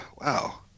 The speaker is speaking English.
Wow